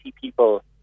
people